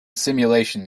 simulation